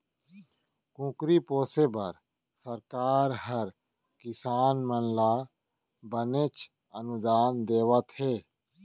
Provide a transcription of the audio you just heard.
कुकरी पोसे बर सरकार हर किसान मन ल बनेच अनुदान देवत हे